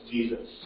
Jesus